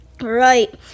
Right